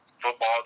football